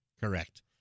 Correct